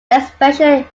expression